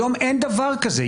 היום אין דבר כזה,